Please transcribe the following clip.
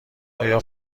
آیا